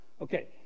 Okay